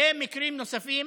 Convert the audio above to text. ומקרים נוספים